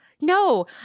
no